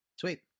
Sweet